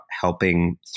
helping